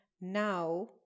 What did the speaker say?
Now